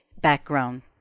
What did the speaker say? background